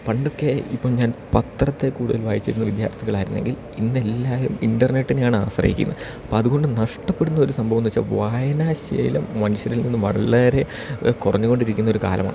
പണ്ടൊക്കെ ഇപ്പം ഞാൻ പത്രത്തെ കൂടുതൽ വായിച്ചിരുന്ന വിദ്യാർത്ഥികൾ ആയിരുന്നെങ്കിൽ ഇന്ന് എല്ലാവരും ഇൻറ്റർനെറ്റിന്നെയാണ് ആശ്രയിക്കുന്നത് അപ്പം അതുകൊണ്ട് നഷ്ടപ്പെടുന്ന ഒരു സംഭവം എന്ന് വെച്ചാൽ വായനാശീലം മനുഷ്യരിൽ നിന്ന് വളരെ കുറഞ്ഞു കൊണ്ടിരിക്കുന്നൊരു കാലമാണ്